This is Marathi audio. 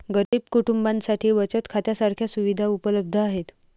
गरीब कुटुंबांसाठी बचत खात्या सारख्या सुविधा उपलब्ध आहेत